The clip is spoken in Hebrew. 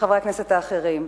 וחברי הכנסת אחרים,